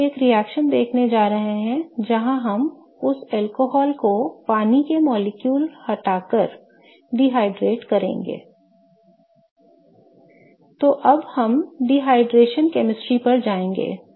अब हम एक रिएक्शन देखने जा रहे हैं जहां हम उस अल्कोहल को पानी के अणु हटाकर निर्जलित करेंगे I तो अब हम निर्जलीकरण रसायन विज्ञान पर जाएंगे